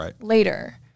later